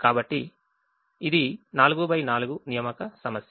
కాబట్టి ఇది 4 x 4 assignment problem